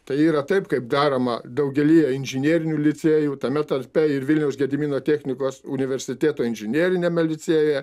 tai yra taip kaip daroma daugelyje inžinerinių licėjų tame tarpe ir vilniaus gedimino technikos universiteto inžineriniame licėjuje